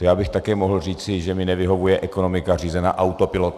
To bych také mohl říci, že mi nevyhovuje ekonomika řízená autopilotem.